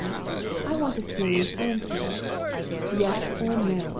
i want a serious answer yes or no